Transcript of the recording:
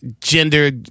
Gender